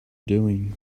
doing